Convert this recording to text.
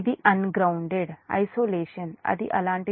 ఇది ungrounded isolation అది అలాంటిది కాదు ఈ వైపు YY